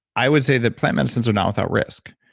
i would say that plant medicines are not without risk,